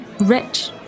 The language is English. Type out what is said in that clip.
rich